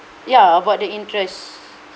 ya about the interest